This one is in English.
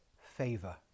favor